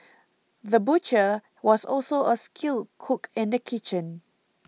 the butcher was also a skilled cook in the kitchen